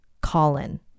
Colin